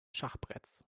schachbretts